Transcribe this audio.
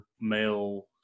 male